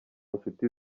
nshuti